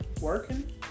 working